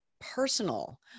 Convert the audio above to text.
personal